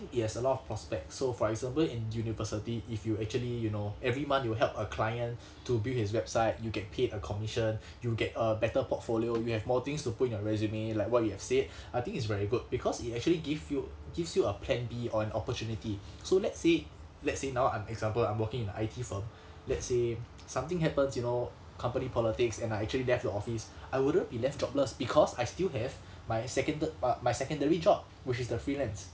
it has a lot of prospects so for example in university if you actually you know every month you help a client to build his website you get paid a commission you'll get a better portfolio you have more things to put in your resume like what you have said I think it's very good because it actually give you gives you a plan B or an opportunity so let's say let's say now I'm example I'm working in a I_T firm let's say something happens you know company politics and I actually left the office I wouldn't be left jobless because I still have my seconda~ uh my secondary job which is the freelance